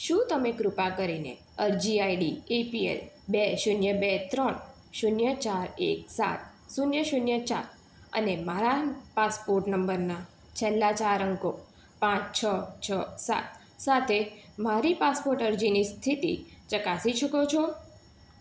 શું તમે કૃપા કરીને અરજી આઈડી એપીએલ બે શૂન્ય બે ત્રણ શૂન્ય ચાર એક સાત શૂન્ય શૂન્ય ચાર અને મારા પાસપોર્ટ નંબરના છેલ્લા ચાર અંકો પાંચ છ છ સાત સાથે મારી પાસપોર્ટ અરજીની સ્થિતિ ચકાસી શકો છો